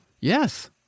Yes